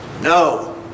No